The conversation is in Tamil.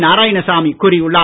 நாராயணசாமி கூறியுள்ளார்